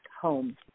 home